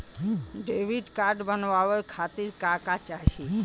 Debit card बनवावे खातिर का का चाही?